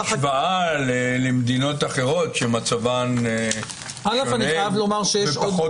ההשוואה למדינות אחרות שמצבן שונה ופחות